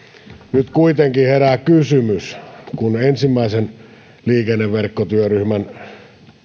nyt kuitenkin herää kysymys kun ensimmäisen liikenneverkkotyöryhmän